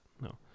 No